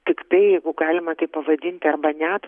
tiktai jeigu galima taip pavadinti arba net